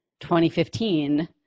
2015